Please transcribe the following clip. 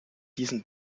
diesen